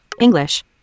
English